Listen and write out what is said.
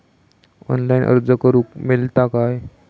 Online अर्ज करूक मेलता काय?